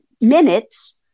minutes